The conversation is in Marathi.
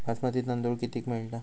बासमती तांदूळ कितीक मिळता?